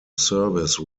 service